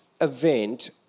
event